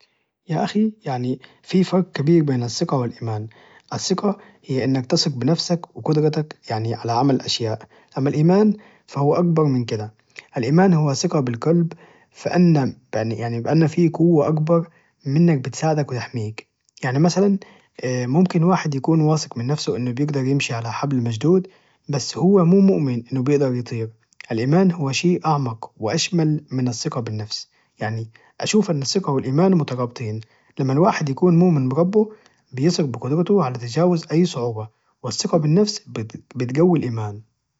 يا أخي يعني في فرق كبير بين الثقة والإيمان الثقة هي إنك تثق بنفسك يعني وقدرتك على عمل الأشياء أما الإيمان فهو أكبر من كده الإيمان هو ثقة في القلب بأن بأن في قوة أكبر منك بتساعدك ويحميك يعني مثلا ممكن واحد يكون واثق من نفسه بأنه بيعرف يمشي على حبل مشدود بس هو مو مؤمن إنه بيقدر يطير الإيمان هو شي أعمق واشمل من الثقة بالنفس يعني اشوف أن الثقة والإيمان مترابطين لما الواحد يكون مؤمن بربه بيثق بقدرته على تجاوز اي صعوبة والثقة بالنفس بتجوي الإيمان